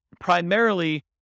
primarily